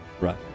right